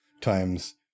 times